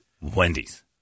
Wendy's